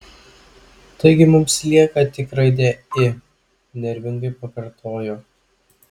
taigi mums lieka tik raidė i nervingai pakartojo